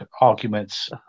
arguments